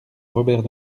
robert